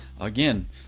again